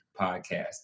podcast